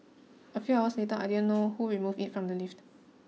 a few hours later I didn't know who removed it from the lift